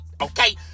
okay